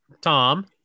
tom